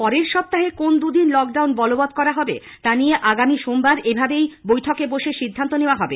পরের সপ্তাহে কোন দুদিন লকডাউন বলবৎ করা হবে তা নিয়ে আগামী সোমবার এভাবেই বৈঠকে বসে সিদ্ধান্ত নেওয়া হবে